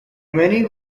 many